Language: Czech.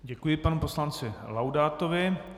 Děkuji panu poslanci Laudátovi.